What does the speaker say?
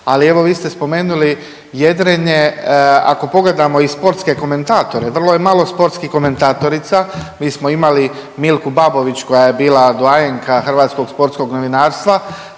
ali evo vi ste spomenuli jedrenje, ako pogledamo i sportske komentatore vrlo je malo sportskih komentatorica, mi smo imali Milku Babović koja je bila doajenka hrvatskog sportskog novinarstva.